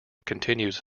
continues